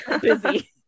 Busy